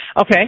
Okay